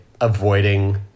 avoiding